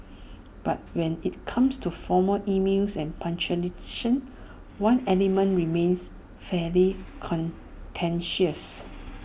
but when IT comes to formal emails and punctuation one element remains fairly contentious